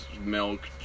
milk